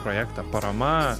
projektą parama